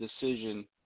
decision